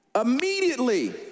immediately